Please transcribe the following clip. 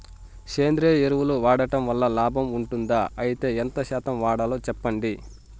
సేంద్రియ ఎరువులు వాడడం వల్ల లాభం ఉంటుందా? అయితే ఎంత శాతం వాడాలో చెప్పండి?